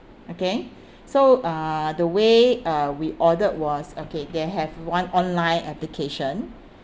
okay so uh the way uh we ordered was okay they have one online application